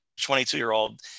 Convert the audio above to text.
22-year-old